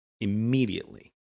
immediately